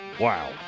Wow